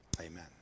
Amen